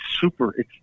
super